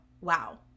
Wow